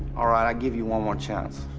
alright, i give you one more chance.